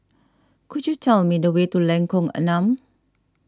could you tell me the way to Lengkong Enam